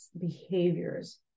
behaviors